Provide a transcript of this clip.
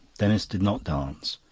denis did not dance,